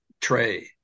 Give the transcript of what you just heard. tray